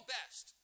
best